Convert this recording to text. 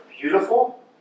beautiful